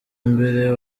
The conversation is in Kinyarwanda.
mbere